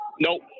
Nope